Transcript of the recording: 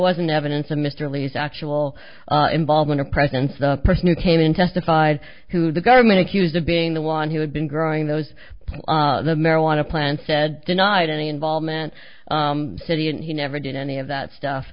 wasn't evidence of mr lee's actual involvement or presence the person who came in testified who the government accused of being the one who had been growing those the marijuana plants said denied any involvement city and he never did any of that stuff